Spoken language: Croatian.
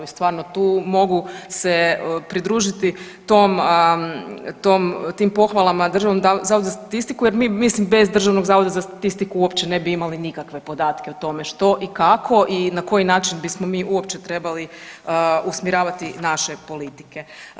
I stvarno tu mogu se pridružiti tom, tim pohvala Državnom zavodu za statistiku jer mi mislim bez Državnog zavoda za statistiku uopće ne bi imali nikakve podatke o tome što i kako i na koji način bismo mi uopće trebali usmjeravati naše politike.